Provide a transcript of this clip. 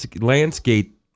Landscape